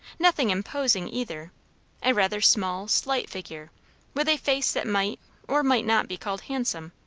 nothing imposing, either a rather small, slight figure with a face that might or might not be called handsome,